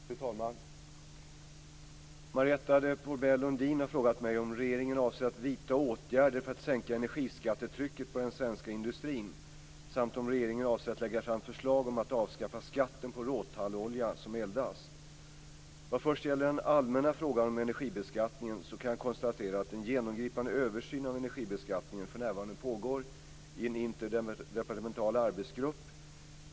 Fru talman! Marietta de Pourbaix-Lundin har frågat mig om regeringen avser att vidta åtgärder för att sänka energiskattetrycket på den svenska industrin samt om regeringen avser att lägga fram förslag om att avskaffa skatten på råtallolja som eldas. Vad först gäller den allmänna frågan om energibeskattningen kan jag konstatera att en genomgripande översyn av energibeskattningen för närvarande pågår i en interdepartemental arbetsgrupp.